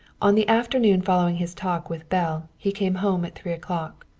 on the afternoon following his talk with belle he came home at three o'clock.